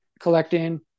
collecting